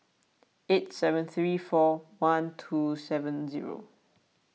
eight seven three four one two seven zero